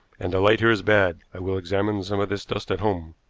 and the light here is bad. i will examine some of this dust at home,